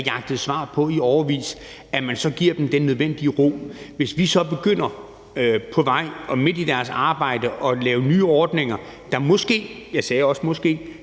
jagtet svar på i årevis; at vi så giver dem den nødvendige ro. For hvis vi på vejen og midt i deres arbejde begynder at lave nye ordninger, der måske – jeg sagde måske